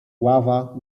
ława